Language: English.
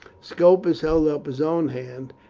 scopus held up his own hand,